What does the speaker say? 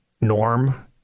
norm